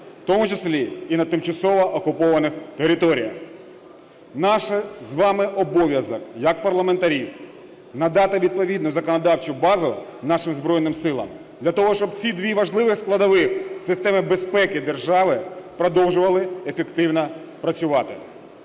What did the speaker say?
в тому числі і на тимчасово окупованих територіях. Наш з вами обов'язок як парламентарів надати відповідну законодавчу базу нашим Збройним Силам для того, щоб ці дві важливі складові системи безпеки держави продовжували ефективно працювати.